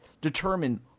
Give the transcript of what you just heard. determine